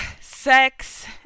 sex